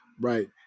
right